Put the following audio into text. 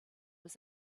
was